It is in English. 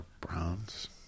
Bronze